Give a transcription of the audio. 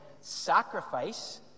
sacrifice